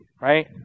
Right